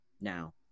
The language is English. now